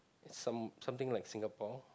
some something like Singapore